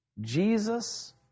Jesus